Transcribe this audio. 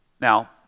Now